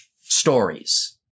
stories